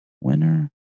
winner